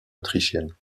autrichienne